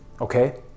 okay